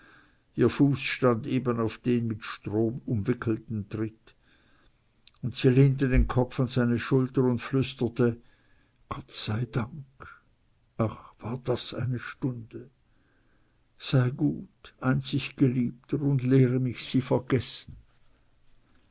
ihr fuß stand eben auf dem mit stroh umwickelten tritt und sie lehnte den kopf an seine schulter und flüsterte gott sei dank ach war das eine stunde sei gut einzig geliebter und lehre sie mich vergessen